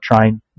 trying